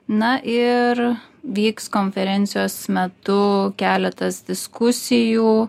na ir vyks konferencijos metu keletas diskusijų